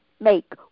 make